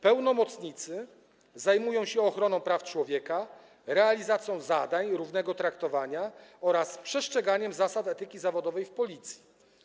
Pełnomocnicy zajmują się ochroną praw człowieka, realizacją zadań i równego traktowania oraz przestrzeganiem zasad etyki zawodowej w Policji.